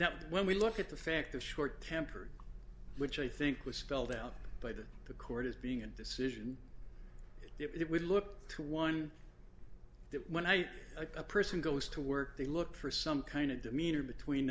now when we look at the fact that short tempered which i think was spelled out by the the court as being a decision it would look to one that when i a person goes to work they look for some kind of demeanor between